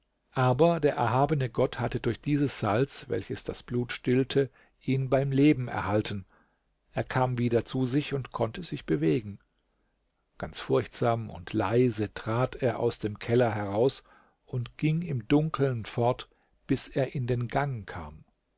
aber der erhabene gott hatte durch dieses salz welches das blut stillte ihn beim leben erhalten er kam wieder zu sich und konnte sich bewegen ganz furchtsam und leise trat er aus dem keller heraus und ging im dunkeln fort bis er in den gang kam